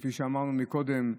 כפי שאמרנו קודם,